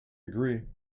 agree